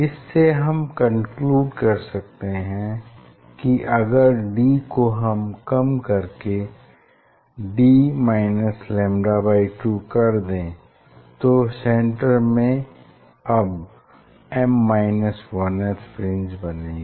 इससे हम कन्क्लूड कर सकते हैं कि अगर d को हम कम करके d λ2 कर दें तो सेन्टर में अब th फ्रिंज बनेगी